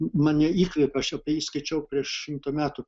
mane įkvėpė aš apie jį skaičiau prieš šimtą metų